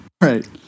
right